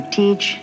teach